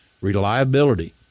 Reliability